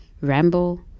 ramble